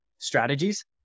strategies